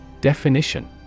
Definition